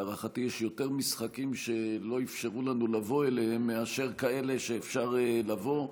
להערכתי יש יותר משחקים שלא אפשרו לנו לבוא אליהם מאשר כאלה שאפשר לבוא.